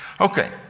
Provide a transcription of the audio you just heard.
Okay